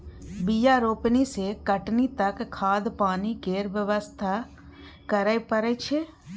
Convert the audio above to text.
बीया रोपनी सँ कटनी तक खाद पानि केर बेवस्था करय परय छै